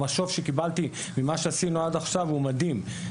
המשוב שקיבלתי ממה שעשינו עד עכשיו הוא מדהים.